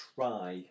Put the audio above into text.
Try